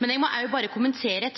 Men eg må òg berre kommentere